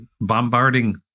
bombarding